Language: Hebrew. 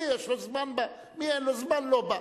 מי יש לו זמן, בא, מי אין לו זמן, לא בא.